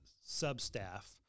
sub-staff